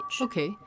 Okay